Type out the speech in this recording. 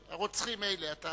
רוצחים מילא.